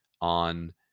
on